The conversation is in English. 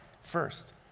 first